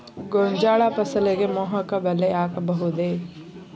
ಗೋಂಜಾಳ ಫಸಲಿಗೆ ಮೋಹಕ ಬಲೆ ಹಾಕಬಹುದೇ?